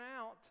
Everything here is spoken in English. out